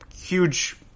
huge